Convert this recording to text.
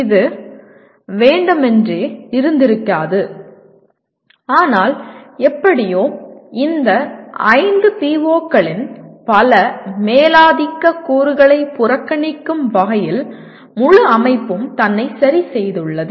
இது வேண்டுமென்றே இருந்திருக்காது ஆனால் எப்படியோ இந்த 5 PO களின் பல மேலாதிக்க கூறுகளை புறக்கணிக்கும் வகையில் முழு அமைப்பும் தன்னை சரிசெய்துள்ளது